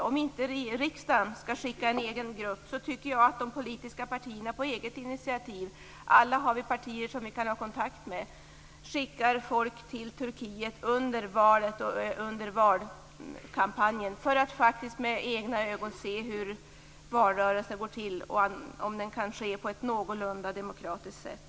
Om inte riksdagen skall skicka en egen grupp tycker jag att de politiska partierna på eget initiativ - alla har vi partier som vi kan ha kontakt med - skickar folk till Turkiet under valet och under valkampanjen som med egna ögon faktiskt kan se hur valrörelsen går till, om den kan ske på ett någorlunda demokratiskt sätt.